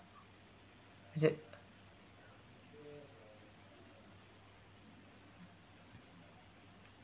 is it